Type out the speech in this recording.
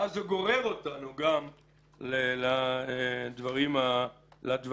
ואז זה גורר אותנו גם לדברים האחרים,